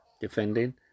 defending